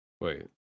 Wait